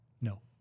No